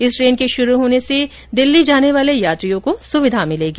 इस ट्रेन के शुरू होने से दिल्ली जाने वाले यात्रियों को सुविधा मिलेगी